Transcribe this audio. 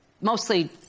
mostly